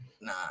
nah